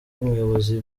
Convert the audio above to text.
ubuyobozi